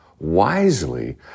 wisely